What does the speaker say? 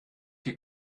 die